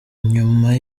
nyuma